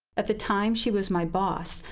at the time, she was my boss.